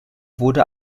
wurde